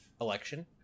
election